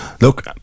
look